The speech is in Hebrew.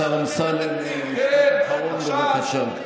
השר אמסלם, משפט אחרון, בבקשה.